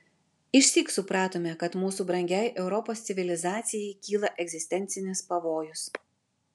išsyk supratome kad mūsų brangiai europos civilizacijai kyla egzistencinis pavojus